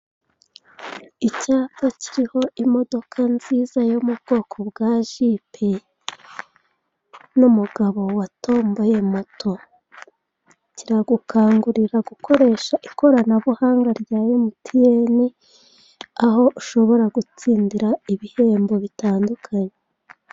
Icyapa kiriho imodoka nziza yo mu bwoko bwa jipe n'umugabo watomboye moto. Kiragukangurira gukoresha ikoranabuhanga rya emutiyeni, aho ushobora gutsindira ibihembo bitandukanye.